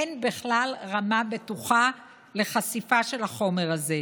שאין בכלל רמה בטוחה לחשיפה של החומר הזה.